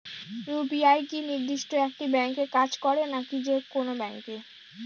UPI কি নির্দিষ্ট একটি ব্যাংকে কাজ করে নাকি যে কোনো ব্যাংকে?